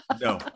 No